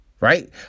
right